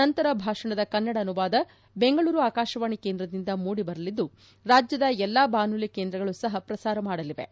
ನಂತರ ಭಾಷಣದ ಕನ್ನಡ ಅನುವಾದ ಬೆಂಗಳೂರು ಆಕಾಶವಾಣಿ ಕೇಂದ್ರದಿಂದ ಮೂಡಿಬರಲಿದ್ದು ರಾಜ್ಯದ ಎಲ್ಲಾ ಬಾನುಲಿ ಕೇಂದ್ರಗಳು ಸಹ ಪ್ರಸಾರ ಮಾಡಲಿವೆ